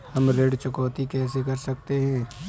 हम ऋण चुकौती कैसे कर सकते हैं?